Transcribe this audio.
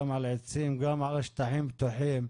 גם על עצים וגם על שטחים פתוחים.